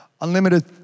Unlimited